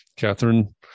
Catherine